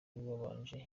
wabanje